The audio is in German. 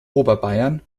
oberbayern